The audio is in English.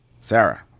Sarah